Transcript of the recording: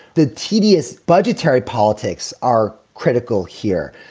the tedious budgetary politics are critical here.